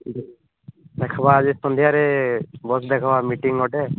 ଦେଖିବା ଆଜି ସନ୍ଧ୍ୟାରେ ବସି ଦେଖିବା ମିଟିଙ୍ଗ୍ ଗୋଟେ